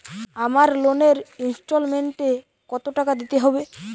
আমার লোনের ইনস্টলমেন্টৈ কত টাকা দিতে হবে?